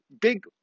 big